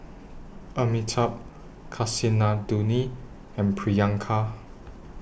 Amitabh Kasinadhuni and Priyanka